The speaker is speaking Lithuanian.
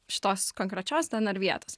šitos konkrečios dnr vietos